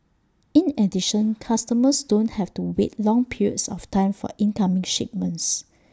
in addition customers don't have to wait long periods of time for incoming shipments